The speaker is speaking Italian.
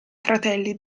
fratelli